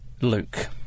Luke